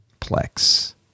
Plex